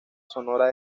sonora